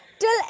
till